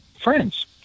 friends